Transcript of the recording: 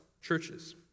churches